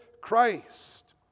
Christ